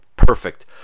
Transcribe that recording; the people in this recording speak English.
Perfect